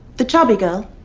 the chubby girl?